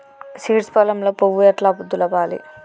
Seeds పొలంలో పువ్వు ఎట్లా దులపాలి?